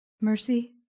Mercy